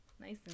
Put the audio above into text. nice